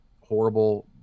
horrible